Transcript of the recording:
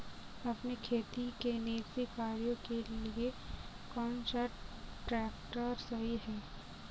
अपने खेती के निजी कार्यों के लिए कौन सा ट्रैक्टर सही है?